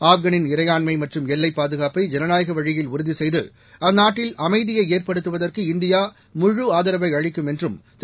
ஆப்காளின் இறையாண்மை மற்றும் எல்லைப் பாதுணப்பை ஜனநாயக வழியில் உறுதி செய்து அற்றாட்டில் அமைதியை ஏற்படுத்துவதற்கு இந்தியா முழு ஆதரவை அளிக்கும் என்றும் திரு